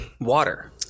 water